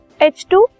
H2